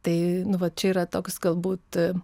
tai nu vat čia yra toks galbūt